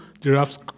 Giraffes